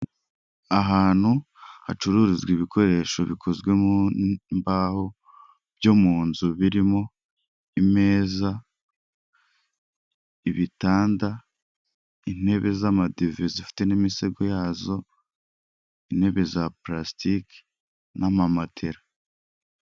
Ahantu hacururizwa ibikoresho bikozwe mu mbaho byo mu nzu: birimo imeza, ibitanda, intebe z'amadive zifite n'imisego yazo, intebe za purasitike n'ama matera.